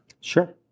sure